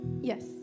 Yes